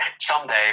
someday